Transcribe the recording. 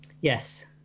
Yes